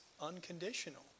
unconditional